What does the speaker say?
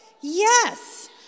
yes